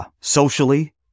socially